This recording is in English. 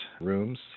rooms